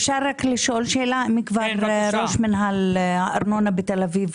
אפשר לשאול שאלה את ראש מנהל הארנונה בתל אביב?